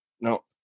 No